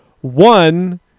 one